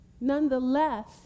Nonetheless